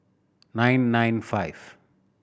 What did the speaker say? nine nine five